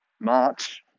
March